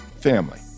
family